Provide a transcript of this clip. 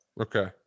Okay